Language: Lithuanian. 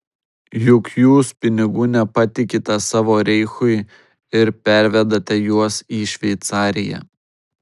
juk jūs pinigų nepatikite savo reichui ir pervedate juos į šveicariją